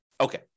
Okay